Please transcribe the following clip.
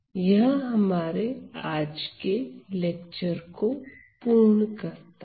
यह हमारे आज के लेक्चर को पूर्ण करता है